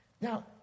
Now